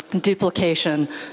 duplication